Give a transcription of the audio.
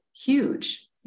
huge